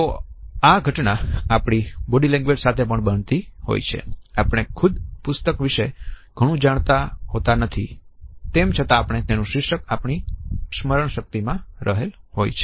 તો આ ઘટના આપણી બોડી લેંગ્વેજ સાથે પણ બનતી હોય છે આપણે ખુદ પુસ્તક વિશે ઘણું જાણતા હોતા નથી તેમ છતાં તેનું શીર્ષક આપણી સ્મરણ શક્તિમાં રહી જાય છે